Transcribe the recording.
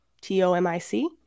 t-o-m-i-c